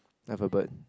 I have a bird